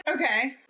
Okay